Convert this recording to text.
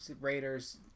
Raiders